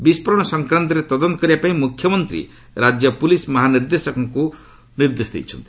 ବିସ୍ଫୋରଣ ସଂକ୍ରାନ୍ତରେ ତଦନ୍ତ କରିବାପାଇଁ ମୁଖ୍ୟମନ୍ତ୍ରୀ ରାଜ୍ୟ ପୁଲିସ୍ ମହାନିର୍ଦ୍ଦେଶକଙ୍କୁ ନିର୍ଦ୍ଦେଶ ଦେଇଛନ୍ତି